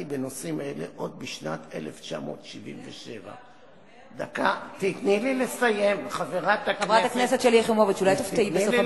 בנושאים אלה עוד בשנת 1977". זה מכתב שאומר: